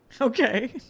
Okay